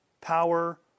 power